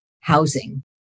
housing